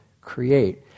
create